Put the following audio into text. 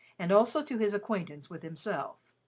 and also to his acquaintance with himself.